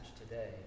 today